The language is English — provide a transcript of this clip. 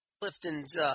Clifton's